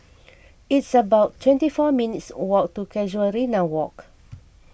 it's about twenty four minutes' walk to Casuarina Walk